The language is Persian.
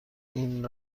این